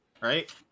right